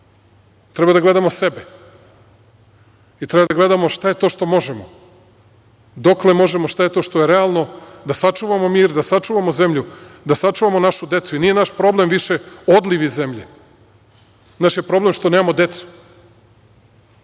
Treba da gledamo sebe i treba da gledamo šta je to što možemo, dokle možemo, šta je to što je realno da sačuvamo mir, da sačuvamo zemlju, da sačuvamo našu decu. Nije naš problem više odliv iz zemlje. Naš je problem što nemamo decu.